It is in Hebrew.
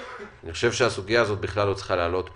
אני חושב שהסוגיה הזאת בכלל לא צריכה לעלות פה,